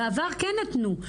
בעבר כן נתנו.